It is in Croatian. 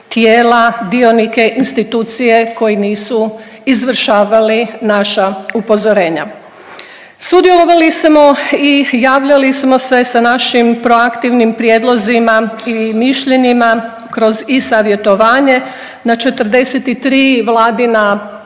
tijela dionike institucije koji nisu izvršavali naša upozorenja. Sudjelovali smo i javljali smo se sa našim proaktivnim prijedlozima i mišljenjima kroz i savjetovanje na 43 vladina